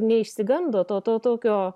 neišsigando to to tokio